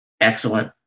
excellent